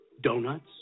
Donuts